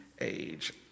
Age